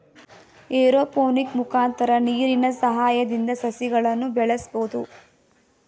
aeroponic ಮುಖಾಂತರ ನೀರಿನ ಸಹಾಯದಿಂದ ಸಸಿಗಳನ್ನು ಬೆಳಸ್ಬೋದು